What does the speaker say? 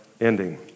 ending